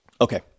Okay